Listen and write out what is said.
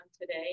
today